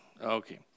Okay